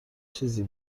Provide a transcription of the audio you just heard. چیزی